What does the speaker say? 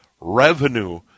revenue